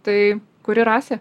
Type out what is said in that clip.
tai kuri rasė